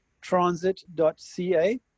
transit.ca